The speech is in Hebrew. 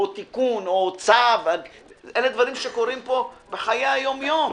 תיקון או צו אלה דברים שקורים פה בחיי היום-יום.